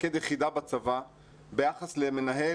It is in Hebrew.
מפקד יחידה בצבא ביחס למנהל,